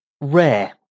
rare